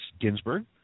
Ginsburg